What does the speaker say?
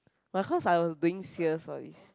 but cause I was doing sales all these